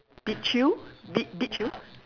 be chew be be chew